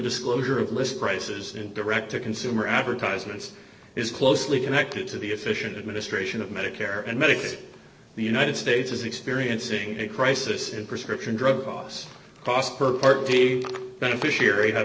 disclosure of list prices in direct to consumer advertisements is closely connected to the efficient administration of medicare and medicaid the united states is experiencing a crisis in prescription drug costs cost per beneficiary have